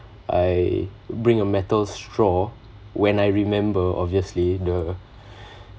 I bring a metal straw when I remember obviously !duh!